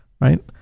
right